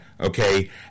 Okay